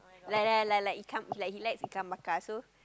like like like like ikan he like he like ikan bakar so